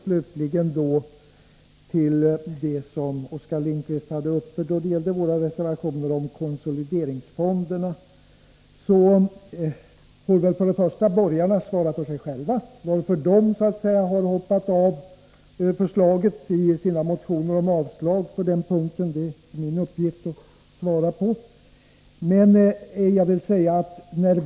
Slutligen vill jag kommentera det som Oskar Lindkvist sade beträffande våra reservationer om konsolideringsfonderna. Borgarna får själva svara på frågan varför de har hoppat av förslaget i sina motioner om avslag på den punkten. Det är inte min uppgift att svara på den frågan.